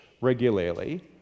regularly